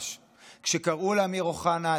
כשקראו לאמיר אוחנה עלה תאנה,